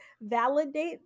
validate